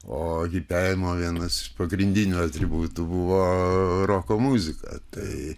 o hipevimo vienas iš pagrindinių atributų buvo roko muzika tai